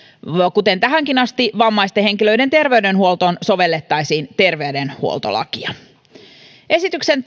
kuten tähänkin asti vammaisten henkilöiden terveydenhuoltoon sovellettaisiin terveydenhuoltolakia esityksen